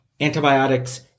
antibiotics